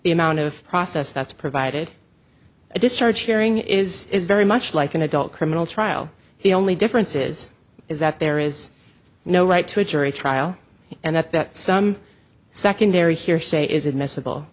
the amount of process that's provided a discharge hearing is very much like an adult criminal trial he only difference is is that there is no right to a jury trial and that that some secondary hearsay is admissible